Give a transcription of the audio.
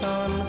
on